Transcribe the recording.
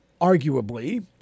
arguably